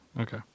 Okay